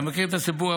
אתה מכיר את הסיפור,